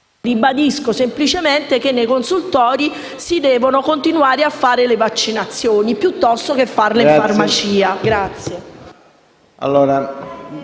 ribadisce semplicemente che nei consultori si devono continuare a fare le vaccinazioni, piuttosto che farle fare in farmacia.